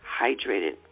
hydrated